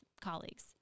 colleagues